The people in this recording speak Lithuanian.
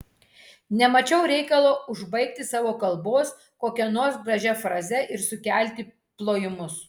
nemačiau reikalo užbaigti savo kalbos kokia nors gražia fraze ir sukelti plojimus